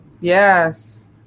Yes